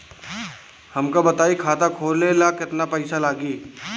हमका बताई खाता खोले ला केतना पईसा लागी?